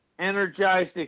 energized